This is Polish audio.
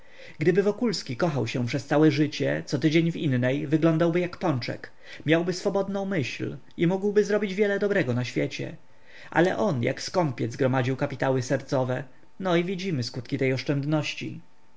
gdyby wokulski kochał się przez całe życie co tydzień w innej wyglądałby jak pączek miałby swobodną myśl i mógłby zrobić wiele dobrego na świecie ale on jak skąpiec gromadził kapitały sercowe no i widzimy skutek tej oszczędności